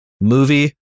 movie